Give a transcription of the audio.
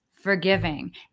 forgiving